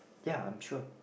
ya I'm sure